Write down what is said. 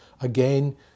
Again